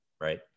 right